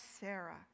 Sarah